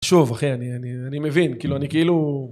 שוב אחי אני מבין כאילו אני כאילו